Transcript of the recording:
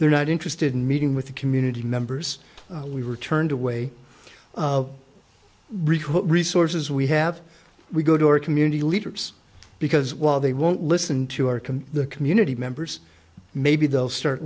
they're not interested in meeting with the community members we were turned away what resources we have we go to our community leaders because while they won't listen to or can the community members maybe they'll start